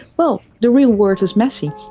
well, the real word is messy.